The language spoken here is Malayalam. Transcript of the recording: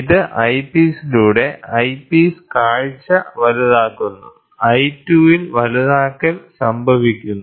ഇത് ഐപീസിലൂടെ ഐപീസ് കാഴ്ച വലുതാക്കുന്നു I2 ൽ വലുതാക്കൽ സംഭവിക്കുന്നു